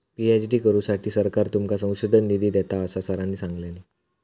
PhD करुसाठी सरकार तुमका संशोधन निधी देता, असा सरांनी सांगल्यानी